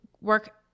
work